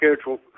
scheduled